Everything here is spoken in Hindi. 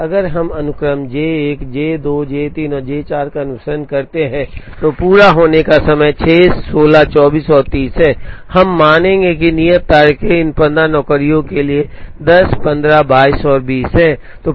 अगर हम अनुक्रम J 1 J 2 J 3 और J 4 का अनुसरण करते हैं तो पूरा होने का समय 6 16 24 और 30 हैं हम मानेंगे कि नियत तारीखें इन 15 नौकरियों के लिए 10 15 22 और 20 हैं